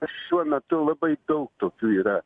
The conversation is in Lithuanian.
šiuo metu labai daug tokių yra